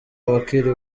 abakiri